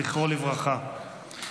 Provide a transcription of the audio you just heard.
זיכרונו לברכה.